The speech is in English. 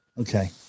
okay